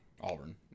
Auburn